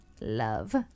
love